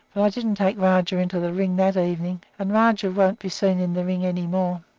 but i didn't take rajah into the ring that evening, and rajah won't be seen in the ring any more.